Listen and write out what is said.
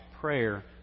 prayer